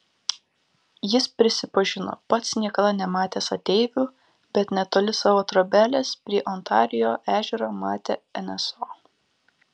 jis prisipažino pats niekada nematęs ateivių bet netoli savo trobelės prie ontarijo ežero matė nso